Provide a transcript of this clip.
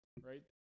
right